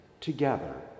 together